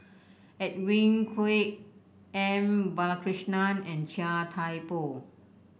Edwin Koek M Balakrishnan and Chia Thye Poh